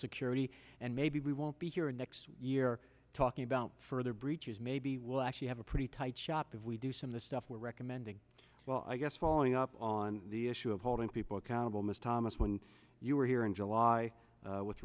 security and maybe we won't be here next year talking about further breaches maybe we'll actually have a pretty tight shop if we do some of the stuff we're recommending well i guess following up on the issue of holding people accountable ms thomas when you were here in july with